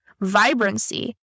vibrancy